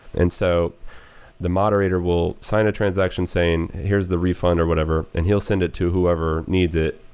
and so the moderator will sign a transaction saying, here is the refund or whatever. and he'll send it to whoever needs it,